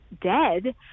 dead